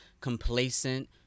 complacent